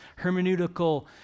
hermeneutical